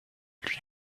lui